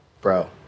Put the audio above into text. Bro